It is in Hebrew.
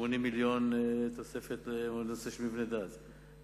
80 מיליון תוספת לנושא של מבני דת.